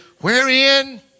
Wherein